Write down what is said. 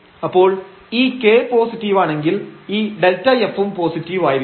അപ്പോൾ ഈ k പോസിറ്റീവാണെങ്കിൽ ഈ Δf ഉം പോസിറ്റീവ് ആയിരിക്കും